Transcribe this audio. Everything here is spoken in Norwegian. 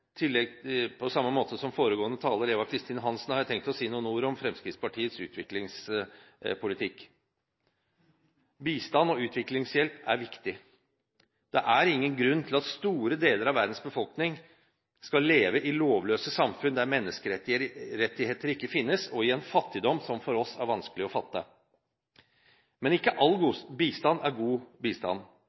På samme måte som foregående taler, Eva Kristin Hansen, har jeg tenkt å si noen ord om Fremskrittspartiets utviklingspolitikk. Bistand og utviklingshjelp er viktig. Det er ingen grunn til at store deler av verdens befolkning skal leve i lovløse samfunn der menneskerettigheter ikke finnes, og i en fattigdom som for oss er vanskelig å fatte. Men ikke all bistand er god bistand.